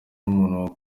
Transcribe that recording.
n’umuntu